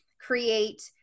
create